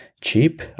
cheap